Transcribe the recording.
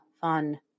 fun